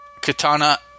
katana